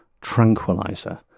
tranquilizer